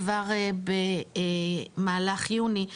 כבר במהלך יוני,